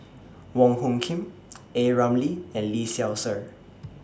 Wong Hung Khim A Ramli and Lee Seow Ser